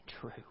true